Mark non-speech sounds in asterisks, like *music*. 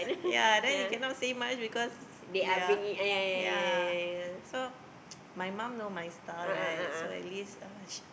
ya then you cannot say much because ya ya so *noise* my mum know my style right so at least uh she